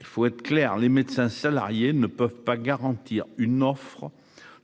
il faut être clair, les médecins salariés ne peuvent pas garantir une offre